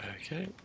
Okay